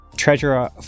Treasurer